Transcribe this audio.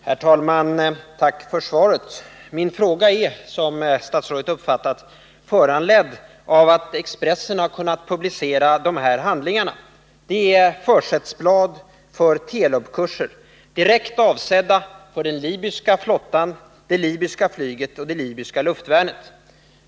Herr talman! Jag tackar statsrådet för svaret. Min fråga är — som statsrådet uppfattat — föranledd av att Expressen kunnat publicera försättsblad för Telubkurser direkt avsedda för den libyska flottan, det libyska flyget och det libyska luftvärnet.